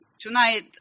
Tonight